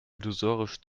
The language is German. illusorisch